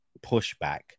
pushback